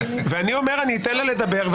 ואני אומר שאני אתן לה לדבר,